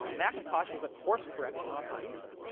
you know macintosh was a course correction off the lisa.